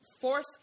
force